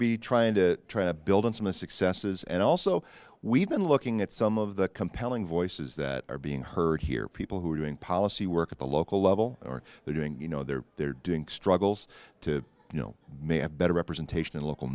be trying to try to build in some successes and also we've been looking at some of the compelling voices that are being heard here people who are doing policy work at the local level or they're doing you know they're there doing struggles to you know may have better representation in local